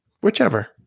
Whichever